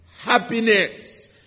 happiness